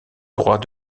droit